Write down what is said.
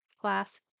class